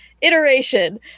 Iteration